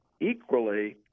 equally